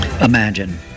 Imagine